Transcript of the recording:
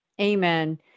Amen